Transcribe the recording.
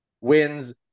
wins